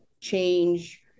change